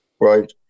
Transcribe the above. right